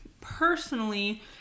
personally